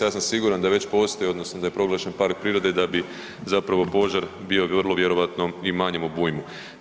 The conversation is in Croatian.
Ja sam siguran da već postoji odnosno da je proglašen Park prirode da bi zapravo požar bio vrlo vjerojatno i u manjem obujmu.